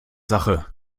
sache